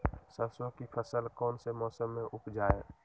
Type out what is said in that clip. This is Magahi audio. सरसों की फसल कौन से मौसम में उपजाए?